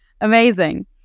Amazing